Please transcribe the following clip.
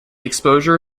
exposure